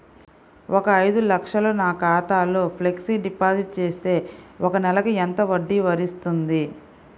ఒక ఐదు లక్షలు నా ఖాతాలో ఫ్లెక్సీ డిపాజిట్ చేస్తే ఒక నెలకి ఎంత వడ్డీ వర్తిస్తుంది?